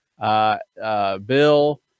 bill